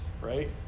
right